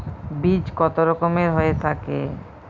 বীজ কত রকমের হয়ে থাকে?